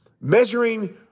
measuring